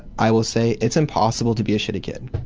i will say, it's impossible to be a shitty kid.